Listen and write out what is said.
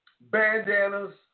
bandanas